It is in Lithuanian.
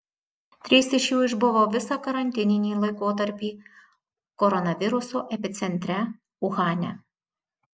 trys iš jų išbuvo visą karantininį laikotarpį koronaviruso epicentre uhane